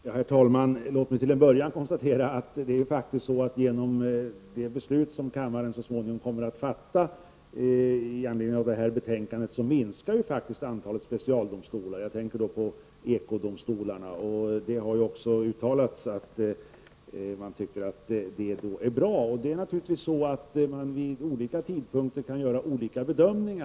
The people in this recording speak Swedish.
Herr talman! Låt mig till en början konstatera att det faktiskt är så att antalet specialdomstolar kommer att minska till följd av det beslut som kammaren så småningom kommer att fatta med anledning av detta betänkande. Jag tänker då på ekodomstolarna. Det har också uttalats att man tycker att det är bra. Naturligtvis kan man vid olika tidpunkter göra olika bedömningar.